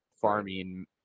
farming